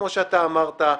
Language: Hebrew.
כמו שאתה אמרת,